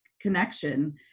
connection